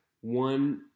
one